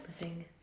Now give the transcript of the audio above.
living